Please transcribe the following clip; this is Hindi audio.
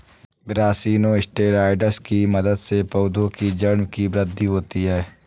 ब्रासिनोस्टेरॉइड्स की मदद से पौधों की जड़ की वृद्धि होती है